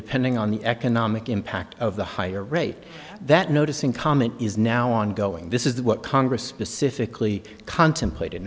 depending on the economic impact of the higher rate that noticing comment is now ongoing this is what congress specifically contemplated